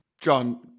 John